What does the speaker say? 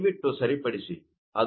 ಅದು ಇಲ್ಲಿ 1